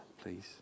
Please